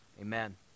Amen